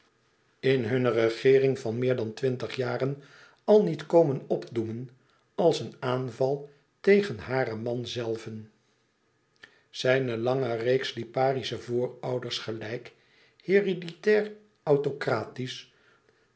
in hunne regeering van meer dan twintig jaren al niet komen opdoemen als een aanval tegen haren man zelven zijne lange reeks liparische voorouders gelijk hereditair autocratisch